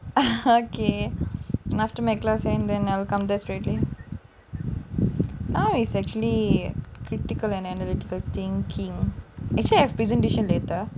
okay after my class end I will come here straight away now is actually critical and analytical thinking actually I have presentation later